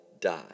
die